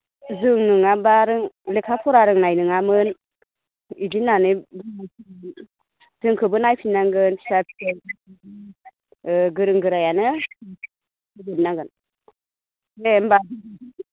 जों नङाब्ला रों लेखा फरा रोंनाय नङामोन इदि होननानै जोंखोबो नायफिन नांगोन फिसा फिसौ गोरों गोरायानो फिजोब नांगोन दे होमब्ला